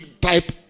type